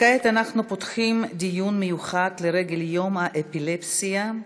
כעת אנחנו פותחים דיון מיוחד לרגל יום האפילפסיה,